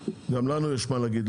גם לנו יש מה להגיד,